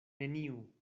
neniu